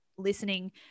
listening